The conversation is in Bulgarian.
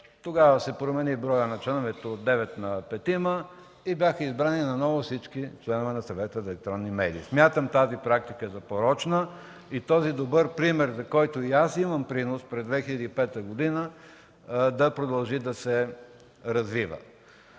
Тогава се промени броят на членовете от девет на пет и бяха избрани наново всички членове на Съвета за електронни медии. Смятам тази практика за порочна. Нека този добър пример, за който и аз имам принос през 2005 г., да продължи да се